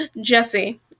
Jesse